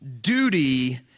Duty